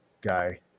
guy